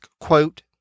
quote